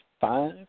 five